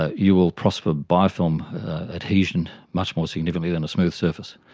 ah you will prosper biofilm adhesion much more significantly than a smooth surface.